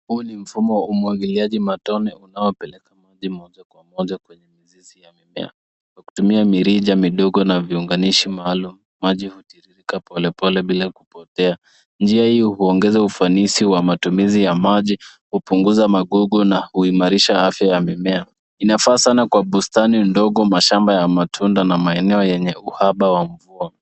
Huu ni mfumo wa umwagiliaji matone unaopeleka maji moja kwa moja kwenye mizizi ya mimea. Kwa kutumia mirija midogo na viunganishi maalum maji hutiririka pole pole bila kupotea. Njia hii huongeza ufanizi wa matumizi ya maji, hupunguza magugu na huimarisha afya ya mimea. Inafa sana kwa bustani ndogo, mashamba ya matunda na maeneo yenye uhaba wa mvua.